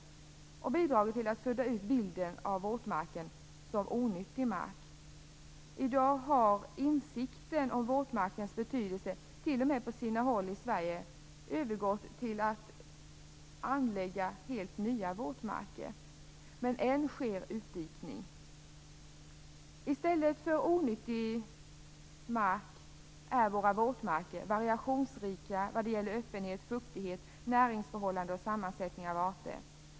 Det har också bidragit till att sudda ut bilden av våtmarken som onyttig mark. I dag har insikten om våtmarkens betydelse medfört att man på sina håll i Sverige t.o.m. har anlagt nya våtmarker. Men än sker utdikning. I stället för att betraktas som onyttig mark är våra våtmarker variationsrika när det gäller öppenhet, fuktighet, näringsförhållanden och sammansättning av arter.